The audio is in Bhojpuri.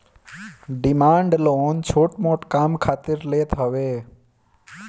डिमांड लोन छोट मोट काम खातिर लेत हवे